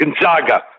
Gonzaga